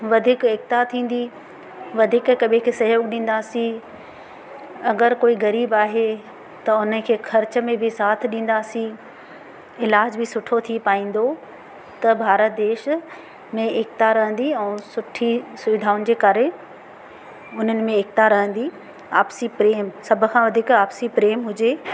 वधीक एकता थींदी वधीक हिक ॿिए खे सहयोग ॾींदासीं अगरि कोई ग़रीब आहे त उन खे ख़र्च में बि साथ ॾींदासीं इलाज बि सुठो थी पाईंदो त भारत देश में एकिता रहंदी ऐं सुठी सुविधाउनि जे करे उन्हनि में एकिता रहंदी आपसी प्रेम सभ खां वधीक आपसी प्रेम हुजे